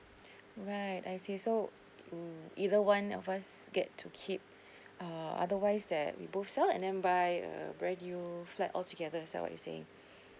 right I see so mm either one of us get to keep err otherwise that we both sell and then buy a brand new flat altogether is that what you're saying